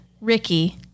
Ricky